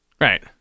right